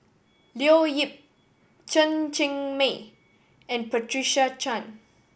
Leo Yip Chen Cheng Mei and Patricia Chan